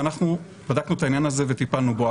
אנחנו בדקנו את העניין הזה וטיפלנו בו,